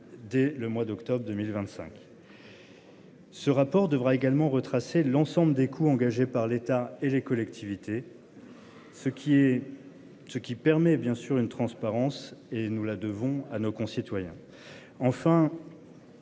dès le mois d'octobre 2025. Ce rapport devra également retracer l'ensemble des coûts engagés par l'État et les collectivités. Ce qui est. Ce qui permet bien sûr une transparence et nous la devons à nos concitoyens.